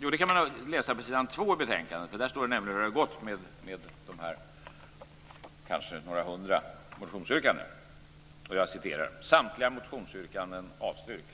Jo, det kan man läsa på s. 2 i betänkandet. Där står det nämligen hur det har gått med dessa, kanske några hundra, motionsyrkanden. Jag citerar: "Samtliga motionsyrkanden avstyrks."